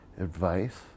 advice